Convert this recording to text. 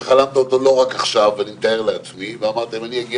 שחלמת אותו לא רק עכשיו ואמרת שאם תגיע